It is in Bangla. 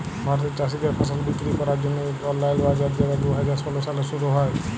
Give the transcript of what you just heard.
ভারতে চাষীদের ফসল বিক্কিরি ক্যরার জ্যনহে ইক অললাইল বাজার যেট দু হাজার ষোল সালে শুরু হ্যয়